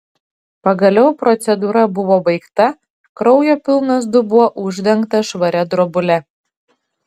pagaliau procedūra buvo baigta kraujo pilnas dubuo uždengtas švaria drobule